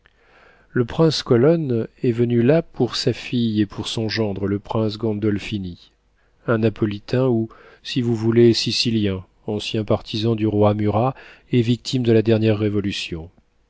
le prince colonne est venu là pour sa fille et pour son gendre le prince gandolphini un napolitain ou si vous voulez sicilien ancien partisan du roi murat et victime de la dernière révolution